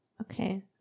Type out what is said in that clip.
Okay